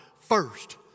first